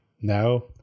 now